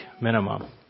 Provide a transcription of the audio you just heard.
minimum